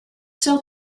sell